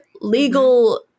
legal